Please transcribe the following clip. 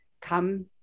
come